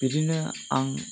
बिदिनो आं